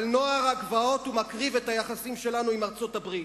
על נוער הגבעות הוא מקריב את היחסים שלנו עם ארצות-הברית.